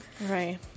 Right